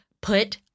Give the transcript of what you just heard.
put